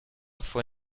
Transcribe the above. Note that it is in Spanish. fue